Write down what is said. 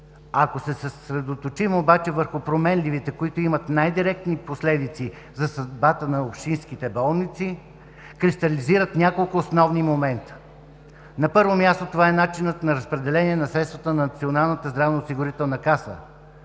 Ако се съсредоточим обаче върху променливите, които имат най-директни последици за съдбата на общинските болници, кристализират няколко основни момента. На първо място, това е начинът на разпределение на средствата на Националната здравноосигурителна каса